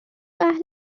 اهل